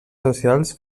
socials